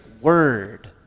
word